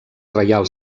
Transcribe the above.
reial